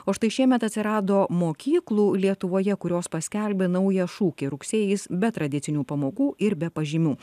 o štai šiemet atsirado mokyklų lietuvoje kurios paskelbė naują šūkį rugsėjis be tradicinių pamokų ir be pažymių